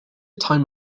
time